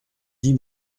dix